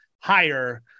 higher